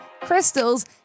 crystals